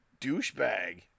douchebag